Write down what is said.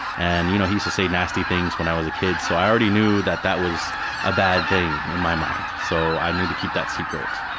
and you know so say nasty things when i was a kid, so i already knew that that was a bad thing in my mind, so i knew to keep that secret.